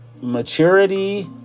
maturity